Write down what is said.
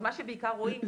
אז מה שבעיקר רואים,